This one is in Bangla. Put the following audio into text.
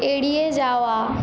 এড়িয়ে যাওয়া